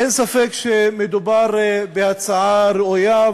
אין ספק שמדובר בהצעה ראויה,